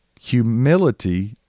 Humility